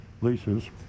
leases